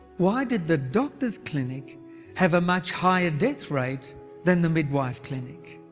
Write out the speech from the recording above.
why did the doctor's clinic have a much higher death rate than the midwife clinic?